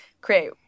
create